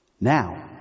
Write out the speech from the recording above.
Now